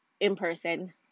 in-person